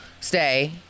stay